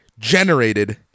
generated